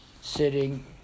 sitting